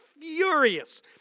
furious